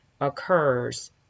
occurs